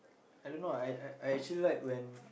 I don't know I I I actually like when